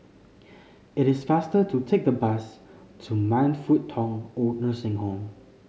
it is faster to take the bus to Man Fut Tong OId Nursing Home